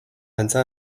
antza